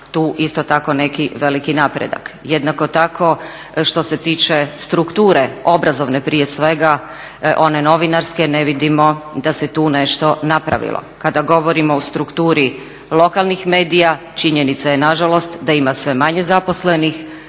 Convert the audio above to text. tu isto tako neki veliki napredak. Jednako tako, što se tiče strukture, obrazovne prije svega, one novinarske ne vidimo da se tu nešto napravilo. Kada govorimo o strukturi lokalnih medija, činjenica je nažalost da ima sve manje zaposlenih,